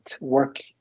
work